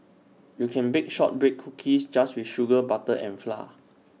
you can bake Shortbread Cookies just with sugar butter and flour